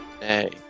Hey